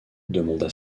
demanda